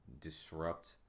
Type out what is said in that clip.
disrupt